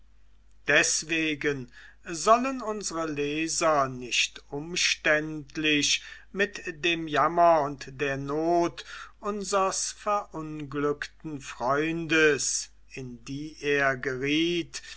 deswegen sollen unsre leser nicht umständlich mit dem jammer und der not unsers verunglückten freundes in die er geriet